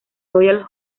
royal